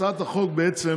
הצעת החוק בעצם